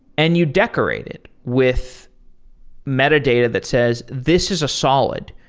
and you decorate it with metadata that says this is a solid.